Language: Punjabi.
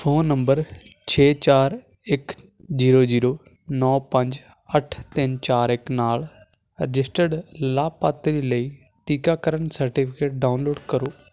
ਫ਼ੋਨ ਨੰਬਰ ਛੇ ਚਾਰ ਇੱਕ ਜੀਰੋ ਜੀਰੋ ਨੌਂ ਪੰਜ ਅੱਠ ਤਿੰਨ ਚਾਰ ਇੱਕ ਨਾਲ ਰਜਿਸਟਰਡ ਲਾਭਪਾਤਰੀ ਲਈ ਟੀਕਾਕਰਨ ਸਰਟੀਫਿਕੇਟ ਡਾਊਨਲੋਡ ਕਰੋ